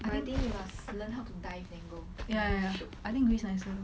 but I think you must learn how to dive then go more shiok